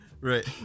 right